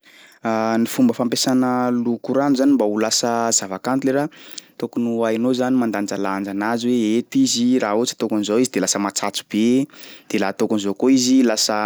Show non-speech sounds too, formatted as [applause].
[hesitation] Ny fomba fampiasana lokorano zany mba ho lasa zavakanto le raha, tokony ho hainao zany mandajalanja anazy hoe eto izy raha ohatry hoe ataoko an'izao izy de lasa matsatso be de laha ataoko an'izao koa izy lasa